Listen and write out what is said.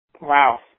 Wow